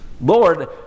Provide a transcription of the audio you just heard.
Lord